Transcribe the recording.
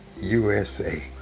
USA